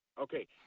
okay